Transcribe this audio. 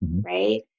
right